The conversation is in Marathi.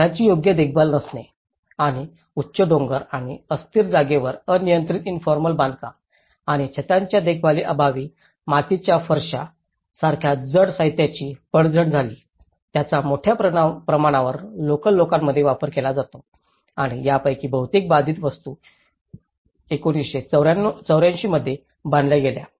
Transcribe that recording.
घरांची योग्य देखभाल नसणे आणि उंच डोंगर आणि अस्थिर जागेवर अनियंत्रित इन्फॉर्मल बांधकाम आणि छतांच्या देखभालीअभावी मातीच्या फरशा सारख्या जड साहित्याची पडझड झाली ज्याचा मोठ्या प्रमाणावर लोकल लोकांमध्ये वापर केला जातो आणि यापैकी बहुतेक बाधित वास्तू 1984 मध्ये बांधल्या गेल्या